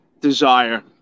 desire